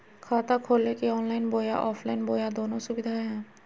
खाता खोले के ऑनलाइन बोया ऑफलाइन बोया दोनो सुविधा है?